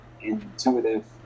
intuitive